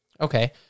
Okay